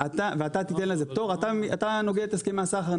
ואתה תיתן לזה פטור אתה נוגד את הסכמי הסחר,